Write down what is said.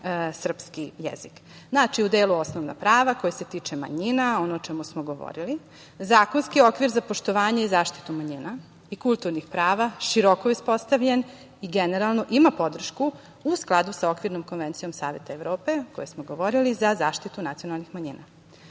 srpski jezik. Znači, u delu osnovna prava, koja se tiču manjina, ono o čemu smo govorili - zakonski okvir za poštovanje i zaštitu manjina i kulturnih prava, široko uspostavljen i generalno ima podršku u skladu sa Okvirnom konvencijom Saveta Evrope, koje smo govorili, za zaštitu nacionalnih manjina.U